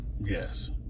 Yes